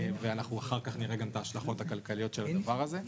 אחר כך נראה גם את ההשלכות הכלכליות של הדבר הזה.